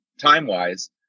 time-wise